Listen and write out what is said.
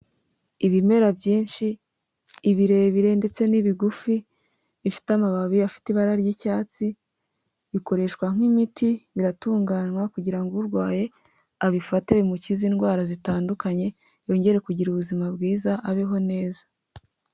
Ibimera byinshi ibirebire ndetse n'ibigufi, bifite amababi afite ibara ry'icyatsi, bikoreshwa nk'imiti biratunganywa kugira ngo urwaye abifate bimukize indwara zitandukanye, yongere kugira ubuzima bwiza abeho neza.